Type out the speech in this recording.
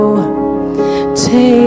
Take